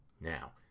Now